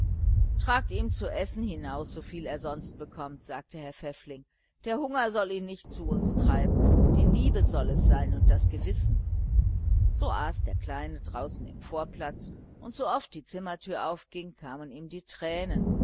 tragt ihm zu essen hinaus soviel er sonst bekommt sagte herr pfäffling der hunger soll ihn nichts zu uns treiben die liebe soll es tun und das gewissen so aß der kleine außen im vorplatz und so oft die zimmertüre aufging kamen ihm tränen